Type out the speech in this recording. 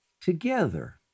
together